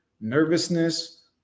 nervousness